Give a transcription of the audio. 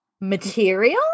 Material